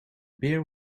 beer